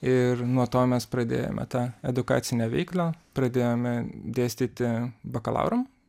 ir nuo to mes pradėjome tą edukacinę veiklą pradėjome dėstyti bakalaurą